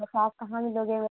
बस आप कहाँ मिलोगे